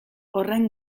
horren